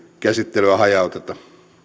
käsittelyä hajauteta